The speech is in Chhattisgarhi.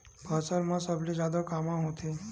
फसल मा सबले जादा कामा होथे?